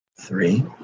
three